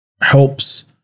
helps